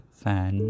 fan